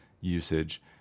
usage